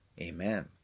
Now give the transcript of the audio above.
Amen